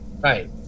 Right